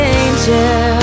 angel